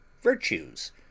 VIRTUES